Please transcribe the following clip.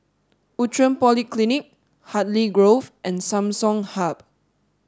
Outram Polyclinic Hartley Grove and Samsung Hub